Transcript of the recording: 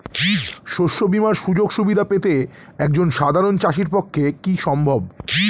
শস্য বীমার সুযোগ সুবিধা পেতে একজন সাধারন চাষির পক্ষে কি সম্ভব?